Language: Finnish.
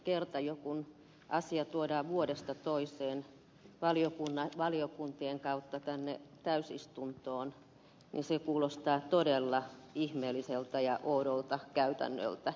kerta jo kun asia tuodaan vuodesta toiseen valiokuntien kautta tänne täysistuntoon niin se kuulostaa todella ihmeelliseltä ja oudolta käytännöltä